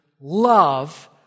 love